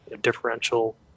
differential